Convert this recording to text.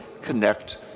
connect